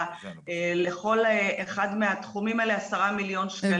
לכל אחד מהתחומים האלה 10 מיליון שקלים.